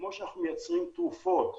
כפי שאנחנו מייצרים תרופות,